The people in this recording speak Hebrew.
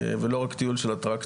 ולא רק טיול של אטרקציות.